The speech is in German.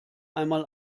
einmal